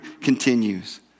continues